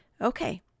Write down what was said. Okay